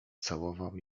całował